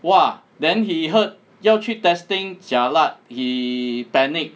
!wah! then he heard 要去 testing jialat he panic